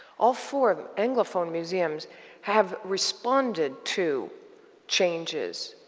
all four anglophone museums have responded to changes,